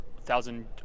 thousand